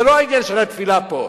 זה לא העניין של התפילה פה.